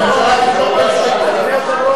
שהממשלה תמשוך את ההסתייגות.